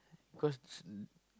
cause